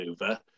over